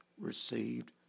received